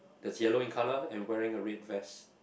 that's yellow in colour and wearing a red vest